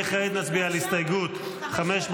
וכעת נצביע על הסתייגות 540,